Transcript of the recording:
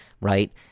right